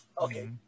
Okay